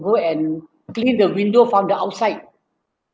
go and clean the window from the outside